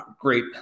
great